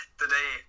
today